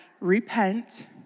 repent